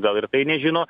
gal ir tai nežino